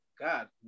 God